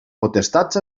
potestats